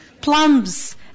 Plums